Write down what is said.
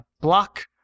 Block